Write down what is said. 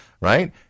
right